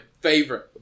favorite